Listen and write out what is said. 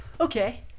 okay